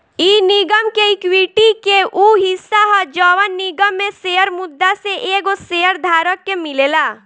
इ निगम के एक्विटी के उ हिस्सा ह जवन निगम में शेयर मुद्दा से एगो शेयर धारक के मिलेला